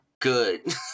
Good